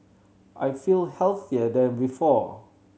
I feel healthier than before